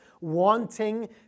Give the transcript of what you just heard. wanting